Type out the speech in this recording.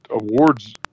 awards